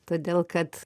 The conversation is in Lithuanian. todėl kad